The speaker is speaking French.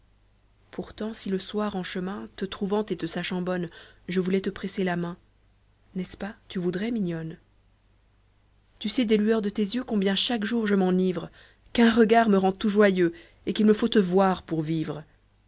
pourtant si lé soir en chemin te trouvant et te sachant bonne je voulais te presser la main n'est-ce pas tu voudrais mignonne tu sais des lueurs de tes yeux combien chaque jour je m'enivre qu'un regard me rend tout joyeux kt qu'il me faut te voir pour vivre